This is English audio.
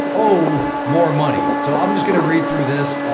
oh, more money. so i'm just gonna read through this.